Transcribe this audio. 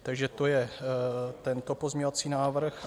Takže to je tento pozměňovací návrh.